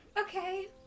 Okay